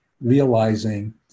realizing